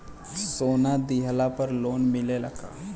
सोना दिहला पर लोन मिलेला का?